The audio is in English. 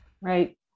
Right